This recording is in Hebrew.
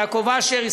יעקב אשר,